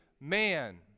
man